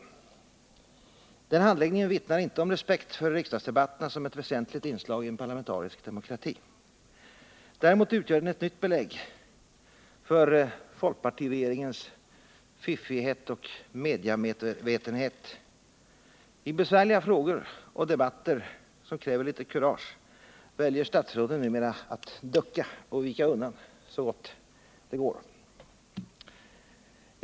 Den handläggningen vittnar inte om respekt för riksdagsdebatterna som ett väsentligt inslag i en parlamentarisk demokrati. Däremot utgör den ett nytt belägg för folkpartiregeringens fiffighet och mediamedvetenhet. I besvärliga frågor och debatter som kräver litet kurage 193 att trygga tillgången på olja väljer statsråden numera att ducka och vika undan — så gott det går.